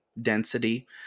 density